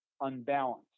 unbalanced